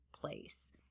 place